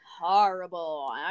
horrible